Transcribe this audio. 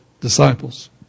disciples